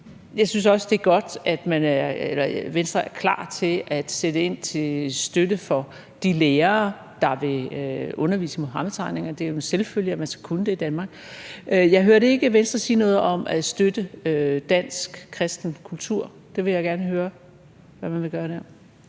det er godt, at Venstre er klar til at sætte ind til støtte for de lærere, der vil undervise i Muhammedtegningerne. Det er jo en selvfølge, at man skal kunne det i Danmark. Jeg hørte ikke Venstre sige noget om at støtte dansk kristen kultur. Jeg vil gerne høre, hvad man vil gøre der.